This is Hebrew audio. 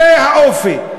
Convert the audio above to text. זה האופי.